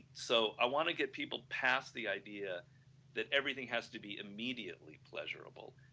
so i want to get people pass the idea that everything has to be immediately pleasurable.